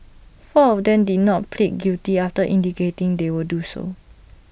four of them did not plead guilty after indicating they would so do